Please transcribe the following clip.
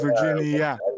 Virginia